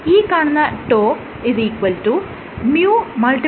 ഈ കാണുന്ന τ µγ